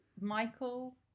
Michael